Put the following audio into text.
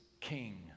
King